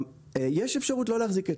יש אפשרות לא להחזיק קצב.